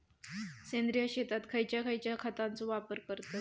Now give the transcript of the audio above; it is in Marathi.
सेंद्रिय शेतात खयच्या खयच्या खतांचो वापर करतत?